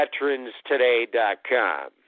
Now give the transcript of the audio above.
VeteransToday.com